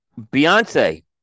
Beyonce